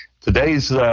today's